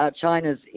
China's